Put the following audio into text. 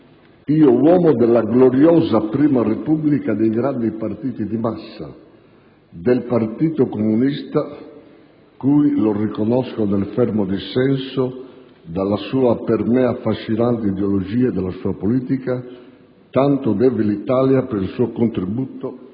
Io uomo della gloriosa Prima Repubblica dei grandi partiti di massa: dal Partito Comunista cui - lo riconosco nel fermo dissenso dalla sua per me affascinante ideologia e della sua politica - tanto deve l'Italia per il contributo